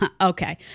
Okay